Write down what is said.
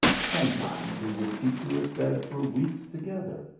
some times he would keep to his bed for weeks together,